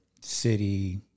city